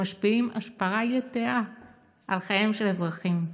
שמשפיעים השפעה יתרה על חייהם של אזרחים.